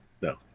No